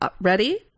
ready